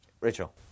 Rachel